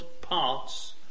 parts